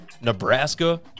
Nebraska